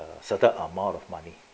a certain amount of money